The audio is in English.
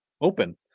open